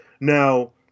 Now